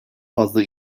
fazla